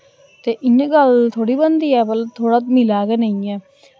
ते इ'यां गल्ल थोह्ड़ी बनदी ऐ भला थोह्ड़ा मिलेआ गै नेईं ऐ